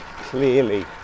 clearly